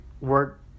work